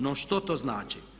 No što to znači?